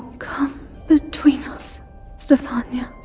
come between us stefania.